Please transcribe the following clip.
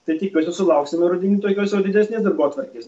tai tikiuosi sulauksime rudenį tokios jau didesnės darbotvarkės